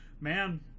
man